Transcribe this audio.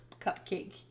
cupcake